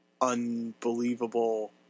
unbelievable